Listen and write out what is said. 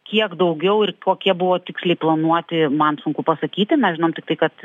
kiek daugiau ir kokie buvo tiksliai planuoti man sunku pasakyti mes žinom tiktai kad